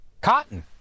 Cotton